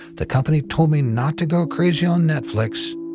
the company told me not to go crazy on netflix,